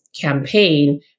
campaign